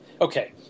Okay